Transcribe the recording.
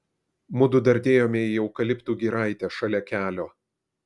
mudu dardėjome į eukaliptų giraitę šalia kelio